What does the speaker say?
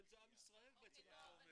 אתם זה עם ישראל בעצם, אתה אומר.